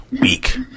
week